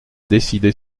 décidé